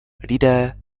lidé